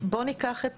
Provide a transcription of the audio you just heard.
בואו ניקח את